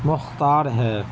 مختار ہے